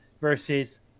versus